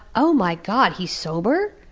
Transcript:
oh my god, he's sober?